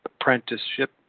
apprenticeship